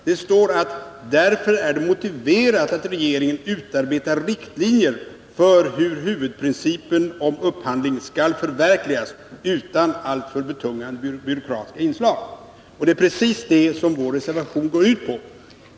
Det står: ”Därför är det motiverat att regeringen utarbetar riktlinjer om hur huvudprincipen för upphandling skall förverkligas utan alltför betungande byråkratiska inslag.” Det är precis det som vår reservation går ut på.